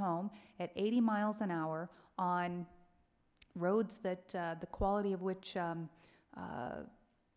home at eighty miles an hour on roads that the quality of which